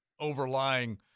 overlying